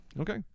okay